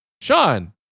Sean